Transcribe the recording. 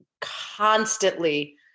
constantly